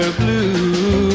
blue